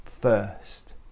first